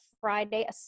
Friday